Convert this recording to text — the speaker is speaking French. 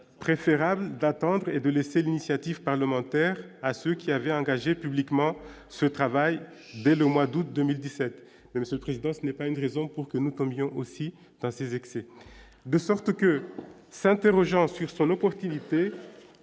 préférable d'attendre et de laisser l'initiative parlementaire à ce qui avait engagé publiquement ce travail dès le mois d'août 2017 président ce n'est pas une raison pour que comme communion aussi dans ses excès, de sorte que, s'interrogeant sur l'opportunité